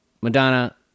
Madonna